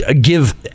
give